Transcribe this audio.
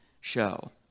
show